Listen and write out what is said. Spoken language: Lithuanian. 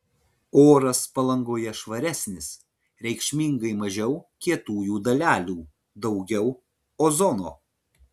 oras palangoje švaresnis reikšmingai mažiau kietųjų dalelių daugiau ozono